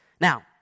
Now